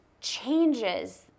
changes